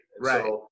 Right